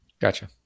Gotcha